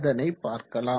அதனை பார்க்கலாம்